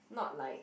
not like